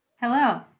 Hello